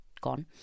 gone